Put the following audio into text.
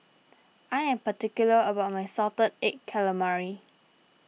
I am particular about my Salted Egg Calamari